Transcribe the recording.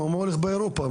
מה הולך באירופה?